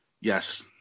Yes